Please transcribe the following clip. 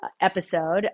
episode